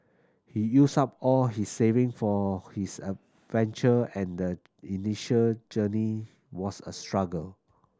he used up all his saving for his venture and the initial journey was a struggle